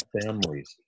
families